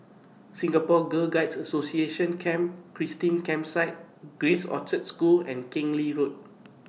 Singapore Girl Guides Association Camp Christine Campsite Grace Orchard School and Keng Lee Road